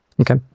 Okay